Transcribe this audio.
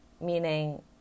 meaning